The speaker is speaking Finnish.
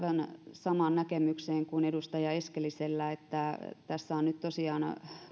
samaan näkemykseen kuin edustaja eskelisellä oli tässä on nyt tosiaan